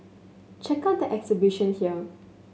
check out the exhibition here